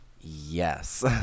yes